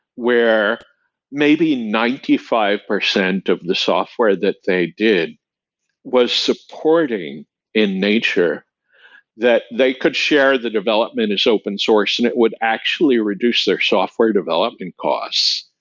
where maybe ninety five percent of the software that they did was supporting in nature that they could share the development as open source and it would actually reduce their software development costs.